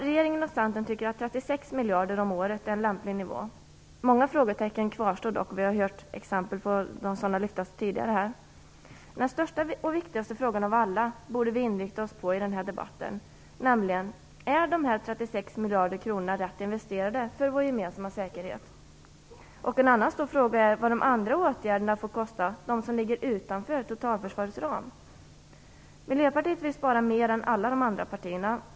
Regeringen och Centern tycker att 36 miljarder kronor om året är en lämplig nivå. Många frågetecken kvarstår dock. Vi har hört exempel på det tidigare här. Men den största och viktigaste frågan av alla borde vi inrikta oss på i den här debatten, nämligen frågan: Är de här 36 miljarder kronorna rätt investerade, för vår gemensamma säkerhet? En annan stor fråga är vad de andra åtgärderna får kosta - de åtgärder som ligger utanför totalförsvarets ram. Vi i Miljöpartiet vill spara mer än alla andra partier.